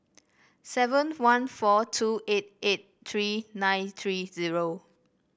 seven one four two eight eight three nine three zero